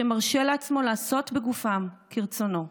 שמרשה לעצמו לעשות בגופם כרצונו,